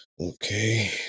Okay